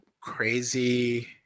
crazy